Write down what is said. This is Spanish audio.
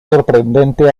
sorprendente